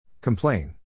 Complain